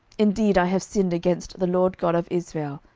indeed i have sinned against the lord god of israel,